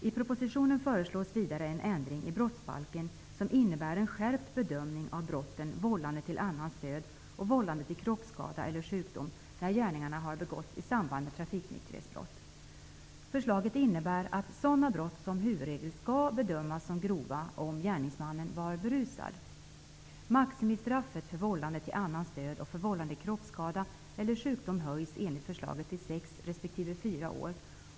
I propositionen föreslås vidare en ändring i brottsbalken, som innebär en skärpt bedömning av brotten ''vållande till annans död'' och ''vållande till kroppsskada eller sjukdom'', när gärningarna begåtts i samband med trafikonykterhet. Förslaget innebär att sådana brott som huvudregel skall bedömas som grova om gärningsmannen var berusad. Maximistraffet för vållande till annans död och för vållande till kroppsskada eller sjukdom höjs enligt förslaget till sex respektive fyra år.